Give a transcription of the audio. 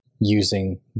using